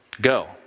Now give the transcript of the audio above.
Go